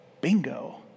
bingo